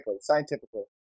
scientifically